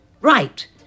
Right